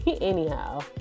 anyhow